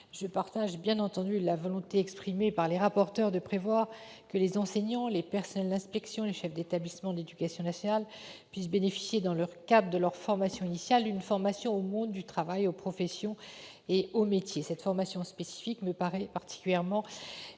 Je partage bien entendu la volonté exprimée par les rapporteurs de prévoir que les enseignants, les personnels d'inspection et les chefs d'établissement de l'éducation nationale puissent bénéficier, dans le cadre de leur formation initiale, d'une formation au monde du travail, aux professions et aux métiers. Cette formation spécifique me paraît particulièrement